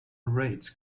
raids